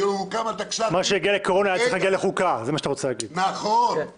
שהיו כמה תקש"חים --- מה שהגיע לקורונה,